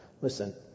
Listen